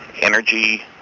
energy